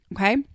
Okay